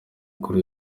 kuri